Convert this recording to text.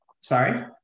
sorry